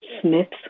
Smith's